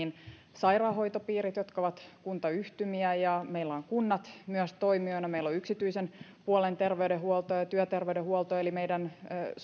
sairaanhoitopiirit jotka ovat kuntayhtymiä ja meillä on myös kunnat toimijoina meillä on yksityisen puolen terveydenhuolto ja ja työterveydenhuolto eli meidän